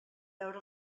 veure